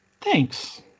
Thanks